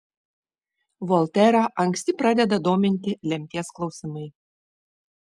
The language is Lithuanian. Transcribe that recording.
volterą anksti pradeda dominti lemties klausimai